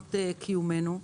שנות קיומנו,